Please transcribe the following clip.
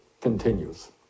continues